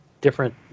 different